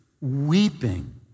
weeping